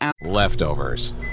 Leftovers